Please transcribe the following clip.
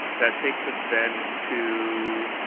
that takes us then to